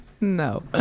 No